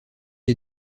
est